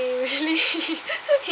he really he